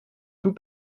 tout